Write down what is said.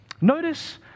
Notice